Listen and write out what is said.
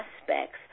aspects